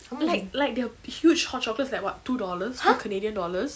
like like their huge hot chocolate it's like what two dollars two canadian dollars